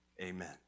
amen